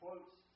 Quotes